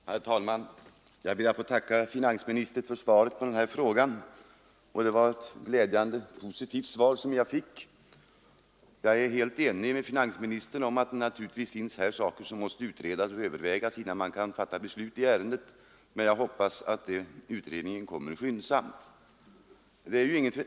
Herr talman! Jag ber att få tacka finansministern för svaret på frågan. Det var glädjande positivt. Jag är helt ense med finansministern om att det naturligtvis finns saker som måste utredas och övervägas innan man kan fatta beslut i ärendet, men jag hoppas att utredningen kommer skyndsamt.